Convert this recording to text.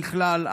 ככלל,